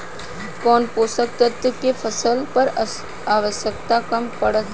कौन पोषक तत्व के फसल पर आवशयक्ता कम पड़ता?